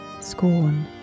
scorn